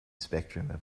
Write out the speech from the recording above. spectrum